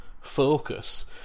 focus